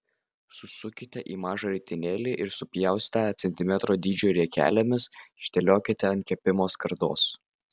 susukite į mažą ritinėlį ir supjaustę centimetro dydžio riekelėmis išdėliokite ant kepimo skardos